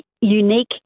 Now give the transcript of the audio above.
unique